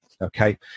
Okay